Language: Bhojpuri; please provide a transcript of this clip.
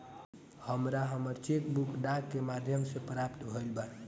हमरा हमर चेक बुक डाक के माध्यम से प्राप्त भईल बा